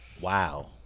Wow